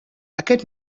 aquest